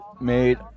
made